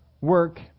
work